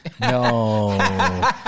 No